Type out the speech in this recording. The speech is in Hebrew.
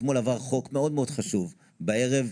אתמול עבר חוק מאוד-מאוד חשוב בערב,